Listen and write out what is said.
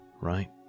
right